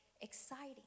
exciting